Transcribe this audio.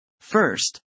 First